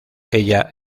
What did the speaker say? ella